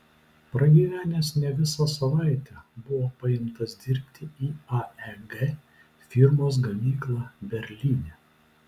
pragyvenęs ne visą savaitę buvo paimtas dirbti į aeg firmos gamyklą berlyne